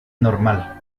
normal